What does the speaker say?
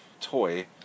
toy